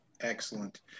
excellent